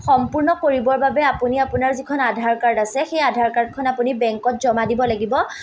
সম্পূৰ্ণ কৰিবৰ বাবে আপুনি আপোনাৰ যিখন আধাৰ কাৰ্ড আছে সেই আধাৰ কাৰ্ডখন আপুনি বেংকত জমা দিব লাগিব